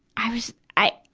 i was, i,